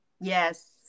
Yes